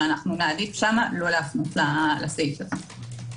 ונעדיף שם לא להפנות לסעיף הזה.